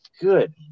good